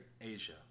Asia